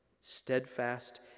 steadfast